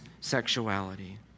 sexuality